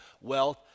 wealth